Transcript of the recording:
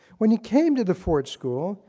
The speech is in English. when you came to the ford school,